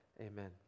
amen